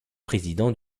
président